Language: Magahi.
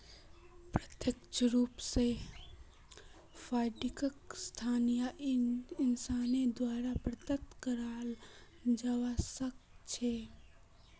प्रत्यक्ष रूप स फंडिंगक संस्था या इंसानेर द्वारे प्रदत्त कराल जबा सख छेक